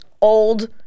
Old